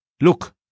look